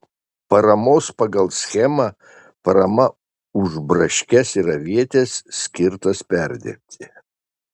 paramos pagal schemą parama už braškes ir avietes skirtas perdirbti